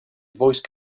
voice